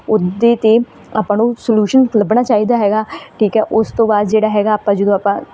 ਉਹਦੇ 'ਤੇ ਆਪਾਂ ਨੂੰ ਸਲਊਸ਼ਨ ਲੱਭਣਾ ਚਾਹੀਦਾ ਹੈਗਾ ਠੀਕ ਹੈ ਉਸ ਤੋਂ ਬਾਅਦ ਜਿਹੜਾ ਹੈਗਾ ਆਪਾਂ ਜਦੋਂ ਆਪਾਂ